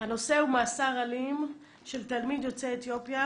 הנושא הוא מאסר אלים של תלמיד יוצא אתיופיה